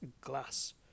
glass